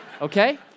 Okay